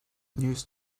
news